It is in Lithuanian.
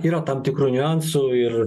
yra tam tikrų niuansų ir